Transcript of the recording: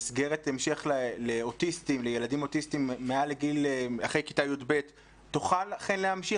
מסגרת ההמשך לילדים אוטיסטים אחרי כיתה י"ב תוכל אכן להמשיך?